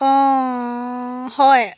অঁ হয়